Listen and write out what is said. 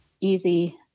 easy